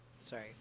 sorry